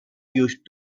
used